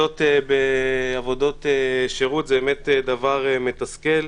יוצאות בעבודות שירות, זה דבר מתסכל,